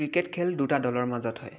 cricket খেল দুটা দলৰ মাজত হয়